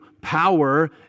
power